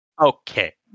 Okay